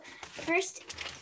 first